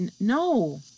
no